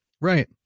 right